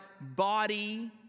body